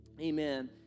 Amen